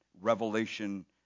revelation